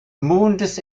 mondes